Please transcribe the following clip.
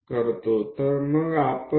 પહેલું બીજું ત્રીજું ક્યાંક આપણે ખોવાઈ ગયા